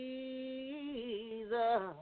Jesus